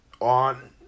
on